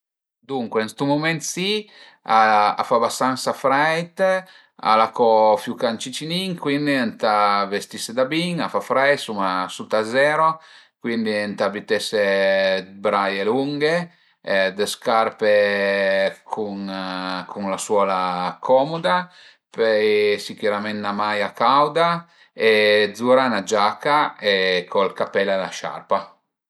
Duncue ën stu mument si a fa bastansa freit, al a co fiucà ën cicinin cuindi ëntà vestise da bin, a fa freit, suma suta a zero, cuindi ëntà bütese dë braie lunghe, dë scarpe cun la suola comuda, pöi sicürament 'na maia cauda e zura 'na giaca e co ël capèl e la sciarpa